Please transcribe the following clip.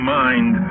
mind